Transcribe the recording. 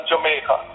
Jamaica